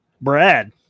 Brad